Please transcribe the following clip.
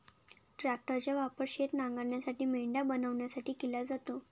ट्रॅक्टरचा वापर शेत नांगरण्यासाठी, मेंढ्या बनवण्यासाठी केला जातो